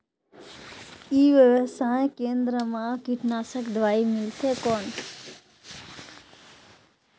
ई व्यवसाय केंद्र मा कीटनाशक दवाई मिलथे कौन?